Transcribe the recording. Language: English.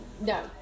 No